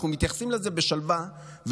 אנחנו מתייחסים לזה בשלווה,